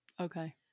Okay